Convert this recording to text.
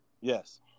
Yes